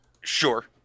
Sure